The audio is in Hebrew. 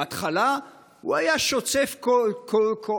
בהתחלה הוא היה כועס,